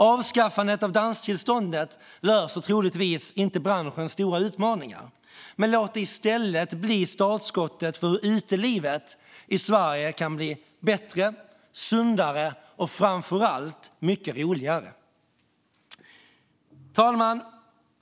Avskaffandet av danstillståndet löser troligtvis inte branschens stora utmaningar, men låt det i stället bli startskottet för hur utelivet i Sverige kan bli bättre, sundare och framför allt mycket roligare. Herr talman!